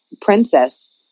princess